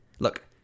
Look